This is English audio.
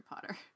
Potter